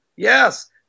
Yes